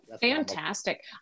Fantastic